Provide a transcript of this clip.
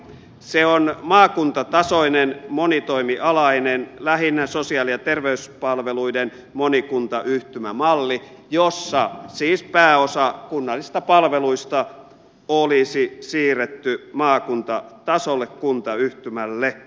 se on maakuntatasoinen monitoimialainen lähinnä sosiaali ja terveyspalveluiden monikuntayhtymämalli jossa siis pääosa kunnallisista palveluista olisi siirretty maakuntatasolle kuntayhtymälle